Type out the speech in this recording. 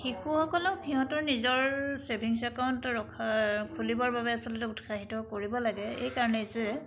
শিশুসকলক সিহঁতৰ নিজৰ চেভিংছ একাউণ্ট ৰখাৰ খুলিবৰ বাবে আচলতে উৎসাহিত কৰিব লাগে এইকাৰণেই যে